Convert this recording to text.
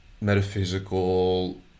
metaphysical